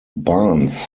barnes